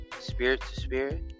spirit-to-spirit